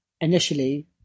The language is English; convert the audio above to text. initially